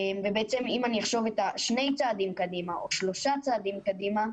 בעצם אם אני אחשוב שני צעדים קדימה או שלושה צעדים קדימה,